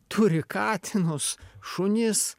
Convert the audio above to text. turi katinus šunis